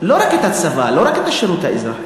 לא רק הצבא, לא רק השירות האזרחי.